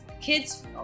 kids